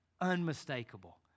unmistakable